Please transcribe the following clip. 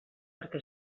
perquè